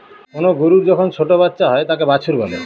কোনো গরুর যখন ছোটো বাচ্চা হয় তাকে বাছুর বলে